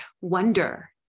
wonder